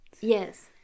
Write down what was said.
yes